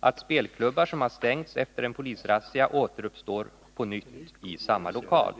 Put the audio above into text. att spelklubbar som har stängts efter en polisrazzia uppstår på nytt i samma lokal.